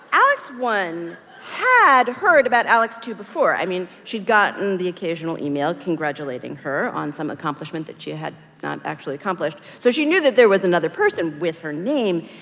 alex one had heard about alex two before i mean, she'd gotten the occasional email congratulating her on some accomplishment that she had not actually accomplished. so she knew that there was another person with her name.